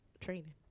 training